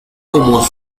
como